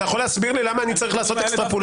אתה יכול להסביר לי למה אני צריך לעשות אקסטרפולציות?